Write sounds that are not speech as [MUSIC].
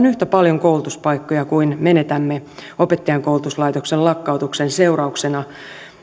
[UNINTELLIGIBLE] yhtä paljon koulutuspaikkoja kuin menetämme opettajankoulutuslaitoksen lakkautuksen seurauksena